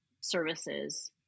services